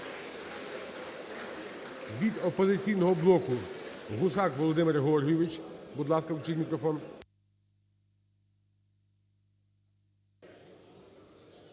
Від "Опозиційного блоку" Гусак Володимир Георгійович. Будь ласка, включіть мікрофон.